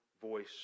voice